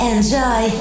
Enjoy